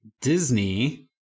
Disney